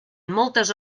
moltes